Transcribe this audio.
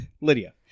Lydia